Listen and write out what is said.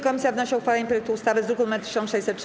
Komisja wnosi o uchwalenie projektu ustawy z druku nr 1603.